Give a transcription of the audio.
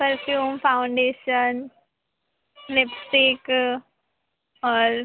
perfume foundation lipstick और